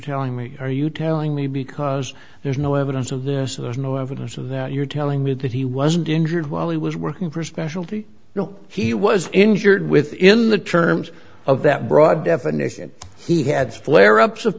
telling me are you telling me because there's no evidence of this there's no evidence of that you're telling me that he wasn't injured while he was working for specialty you know he was injured within the terms of that broad definition he had flare ups of